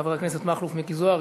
חבר הכנסת מכלוף מיקי זוהר,